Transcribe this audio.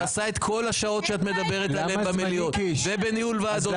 הוא עשה את כל השעות שאת מדברת עליהם במליאות ובניהול ועדות.